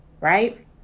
right